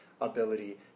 ability